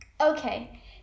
Okay